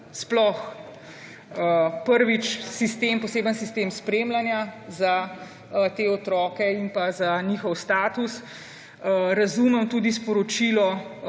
sploh prvič, poseben sistem spremljanja za te otroke in za njihov status. Razumem tudi sporočilo,